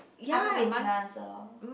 ah Bukit-Timah also